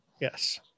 Yes